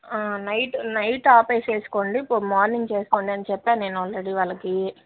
night night ఆపేసుకోండి పో morning చేసుకోండని చెప్పాను నేను ఆల్రెడీ వాళ్ళకీ